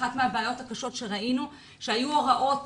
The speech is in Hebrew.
אחת מהבעיות הקשות שראינו זה שהיו הוראות